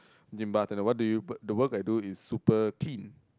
as in bartender what the work do you the work I do is super clean